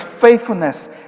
faithfulness